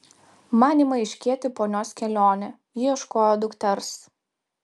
man ima aiškėti ponios kelionė ji ieškojo dukters